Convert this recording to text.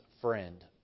friend